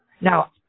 Now